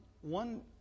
one